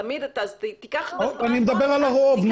אז תיקח ב --- אני מדבר על הרוב,